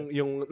yung